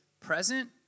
present